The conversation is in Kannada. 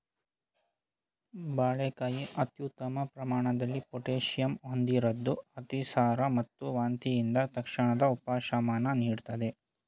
ಬಾಳೆಕಾಯಿ ಅತ್ಯುತ್ತಮ ಪ್ರಮಾಣದಲ್ಲಿ ಪೊಟ್ಯಾಷಿಯಂ ಹೊಂದಿರದ್ದು ಅತಿಸಾರ ಮತ್ತು ವಾಂತಿಯಿಂದ ತಕ್ಷಣದ ಉಪಶಮನ ನೀಡ್ತದೆ